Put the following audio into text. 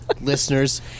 listeners